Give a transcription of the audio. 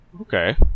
Okay